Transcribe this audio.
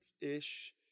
ish